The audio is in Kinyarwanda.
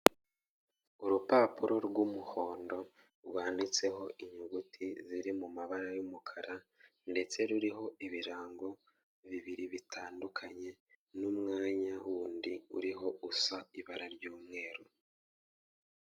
Urupapuro rw'umuhondo rwanditseho inyuguti ziri mumabara y'umukara ndetse ruriho ibirango bibiri bitandukanye n'umwanya wundi uriho usa ibara ryumweru.